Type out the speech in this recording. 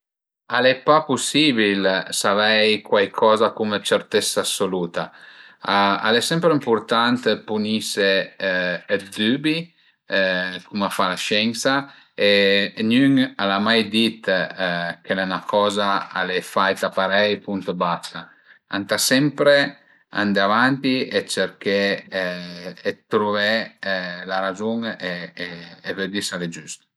Al e pa pusibil savei cuaicoza cume certessa assoluta, al e sempre ëmpurtant punise dë dübi cum a fa la sciensa e gnün al a mai dit che üna coza al e faita parei punto e basta, ëntà sempre andé avanti e cerché dë truvé la razun e vëddi s'al e giüst